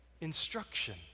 instruction